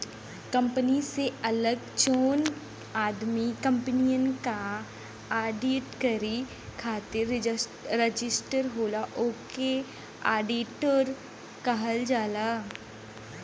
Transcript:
company से अलग जौन आदमी कंपनियन क आडिट करे खातिर रजिस्टर होला ओके आडिटर कहल जाला